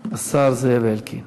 השר זאב אלקין.